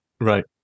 Right